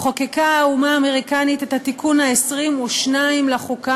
חוקקה האומה האמריקנית את התיקון ה-22 לחוקה,